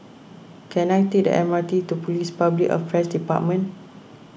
can I take the M R T to Police Public Affairs Department